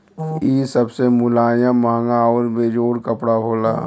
इ सबसे मुलायम, महंगा आउर बेजोड़ कपड़ा होला